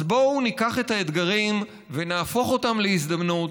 אז בואו ניקח את האתגרים ונהפוך אותם להזדמנות.